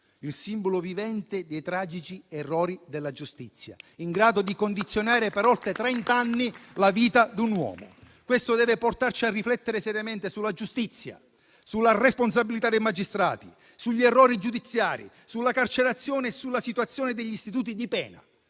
il simbolo vivente dei tragici errori della giustizia, in grado di condizionare per oltre trent'anni la vita di un uomo. Questo deve portarci a riflettere seriamente sulla giustizia, sulla responsabilità dei magistrati, sugli errori giudiziari, sulla carcerazione e sulla situazione degli istituti di pena.